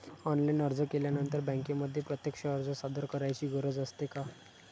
Online अर्ज केल्यानंतर बँकेमध्ये प्रत्यक्ष अर्ज सादर करायची गरज असते का?